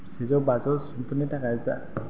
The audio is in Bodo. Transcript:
सेजौ बाजौ सुबुंफोरनि थाखाय जा